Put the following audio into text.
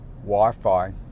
Wi-Fi